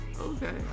okay